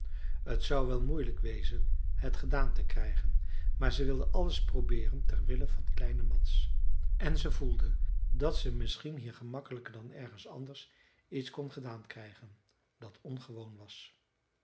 t zou wel moeilijk wezen het gedaan te krijgen maar ze wilde alles probeeren ter wille van kleine mads en ze voelde dat ze misschien hier gemakkelijker dan ergens anders iets kon gedaan krijgen dat ongewoon was